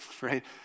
right